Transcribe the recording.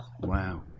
Wow